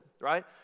right